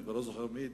אני כבר לא זוכר מי,